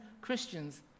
Christians